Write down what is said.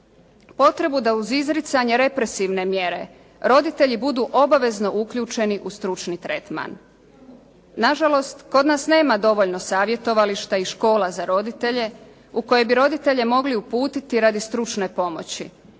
potrebu da uz izricanje represivne mjere roditelji budu obavezno uključeni u stručni tretman. Nažalost, kod nas nema dovoljno savjetovališta i škola za roditelje u koje bi roditelje mogli uputiti radi stručne pomoći.